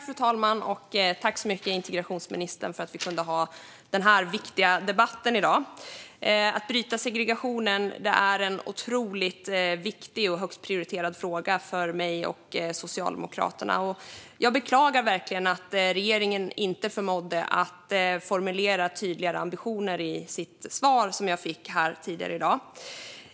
Fru talman! Jag tackar integrationsministern för att vi har kunnat ha denna viktiga debatt i dag. Att bryta segregationen är en otroligt viktig och högt prioriterad fråga för mig och för Socialdemokraterna. Jag beklagar verkligen att regeringen inte förmådde formulera tydligare ambitioner i det interpellationssvar som jag har fått.